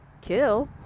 kill